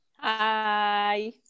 hi